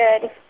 good